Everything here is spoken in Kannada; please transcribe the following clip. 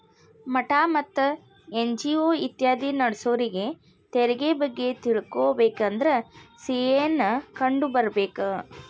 ಮಠಾ ಮತ್ತ ಎನ್.ಜಿ.ಒ ಇತ್ಯಾದಿ ನಡ್ಸೋರಿಗೆ ತೆರಿಗೆ ಬಗ್ಗೆ ತಿಳಕೊಬೇಕಂದ್ರ ಸಿ.ಎ ನ್ನ ಕಂಡು ಬರ್ಬೇಕ